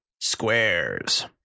Squares